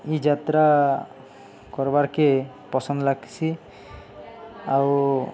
ଇ ଯାତ୍ରା କର୍ବାର୍କେ ପସନ୍ଦ୍ ଲାଗ୍ସି ଆଉ